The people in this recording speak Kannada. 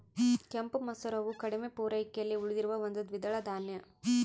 ಕೆಂಪು ಮಸೂರವು ಕಡಿಮೆ ಪೂರೈಕೆಯಲ್ಲಿ ಉಳಿದಿರುವ ಒಂದು ದ್ವಿದಳ ಧಾನ್ಯ